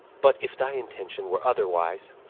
but if thy intention were otherwise,